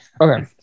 okay